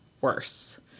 worse